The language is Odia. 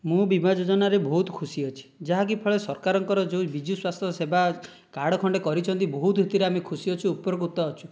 ମୁଁ ବିମା ଯୋଜନାରେ ବହୁତ ଖୁସି ଅଛି ଯାହାକି ଫଳରେ ସରକାରଙ୍କର ଯେଉଁ ବିଜୁ ସ୍ୱାସ୍ଥ୍ୟ ସେବା କାର୍ଡ଼ ଖଣ୍ଡେ କରିଛନ୍ତି ବହୁତ ଏଥିରେ ଆମେ ଖୁସି ଅଛୁ ଉପକୃତ ଅଛୁ